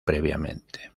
previamente